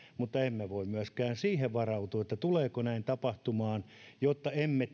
mutta emme voi myöskään siihen varautua että näin tulee tapahtumaan jotta emme